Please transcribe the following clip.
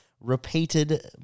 repeated